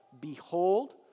Behold